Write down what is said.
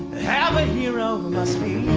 have a hero who must be